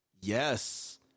yes